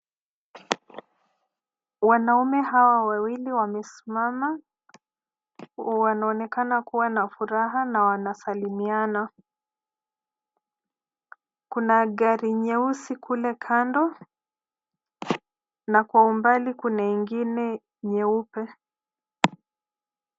Wanaume hawa wawili wamesimama. Wanaonekana kuwa na furaha na wanasalimiana. Kuna gari nyeusi kule kando na Kwa umbali kuna ingine nyeupe.